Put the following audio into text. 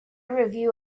review